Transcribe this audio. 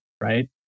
right